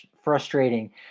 frustrating